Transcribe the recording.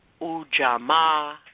Ujama